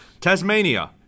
Tasmania